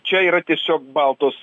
čia yra tiesiog baltos